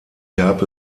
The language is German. gab